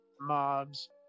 mobs